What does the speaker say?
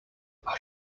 are